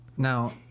Now